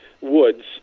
woods